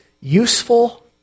useful